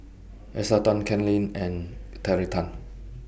Esther Tan Ken Lim and Terry Tan